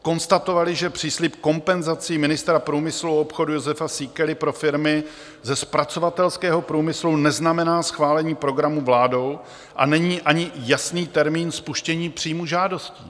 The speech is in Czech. Konstatovaly, že příslib kompenzací ministra průmyslu a obchodu Jozefa Síkely pro firmy ze zpracovatelského průmyslu neznamená schválení programu vládou a není ani jasný termín spuštění příjmu žádostí.